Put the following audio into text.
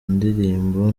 indirimbo